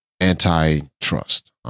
antitrust